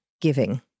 giving